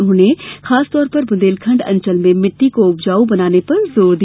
उन्होंने खास तौर पर बुन्देलखंड अंचल में मिट्टी को उपजाऊ बनाने पर जोर दिया